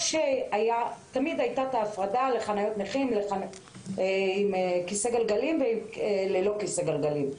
תמיד הייתה ההפרדה בין חניות נכים עם כיסא גלגלים וללא כיסא גלגלים.